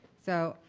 so,